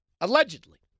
allegedly